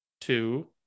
two